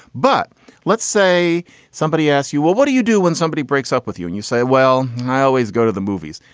but let's say somebody asked you, well, what do you do when somebody breaks up with you and you say, well, i always go to the movies,